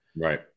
Right